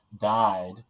died